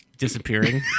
disappearing